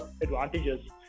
advantages